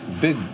big